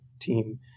team